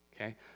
okay